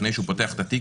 לפני שהוא פותח את התיק,